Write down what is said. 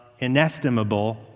inestimable